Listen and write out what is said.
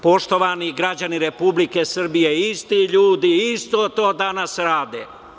Poštovani građani Republike Srbije, isti ljudi isto to danas rade.